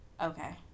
Okay